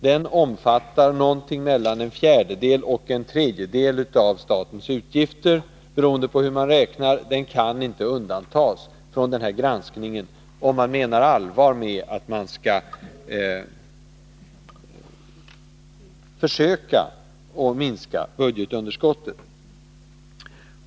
Den omfattar mellan en fjärdedel och en tredjedel av statens utgifter, beroende på hur man räknar. Den kan inte undantas från granskningen, om man menar allvar med att man skall försöka minska budgetunderskottet.